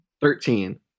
Thirteen